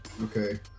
Okay